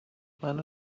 منو